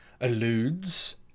alludes